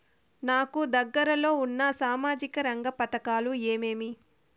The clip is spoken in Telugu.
నాకు దగ్గర లో ఉన్న సామాజిక రంగ పథకాలు ఏమేమీ?